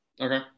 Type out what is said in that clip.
Okay